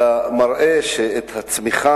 אלא הוא מראה שאת הצמיחה,